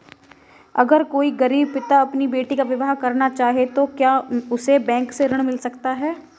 अगर कोई गरीब पिता अपनी बेटी का विवाह करना चाहे तो क्या उसे बैंक से ऋण मिल सकता है?